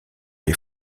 les